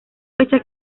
fecha